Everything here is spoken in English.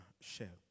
share